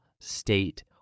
state